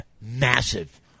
massive